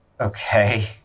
Okay